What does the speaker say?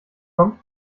kommt